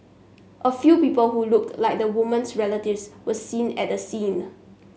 a few people who looked like the woman's relatives were seen at the scene